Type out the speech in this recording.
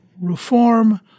reform